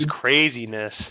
craziness